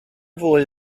fwy